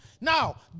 Now